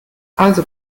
also